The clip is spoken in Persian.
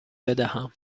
بدهم